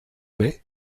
mets